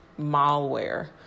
malware